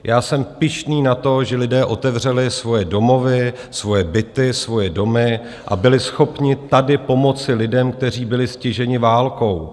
Já jsem pyšný na to, že lidé otevřeli svoje domovy, svoje byty, svoje domy a byli schopni tady pomoci lidem, kteří byli stiženi válkou.